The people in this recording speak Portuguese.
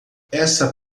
essa